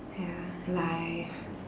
ya life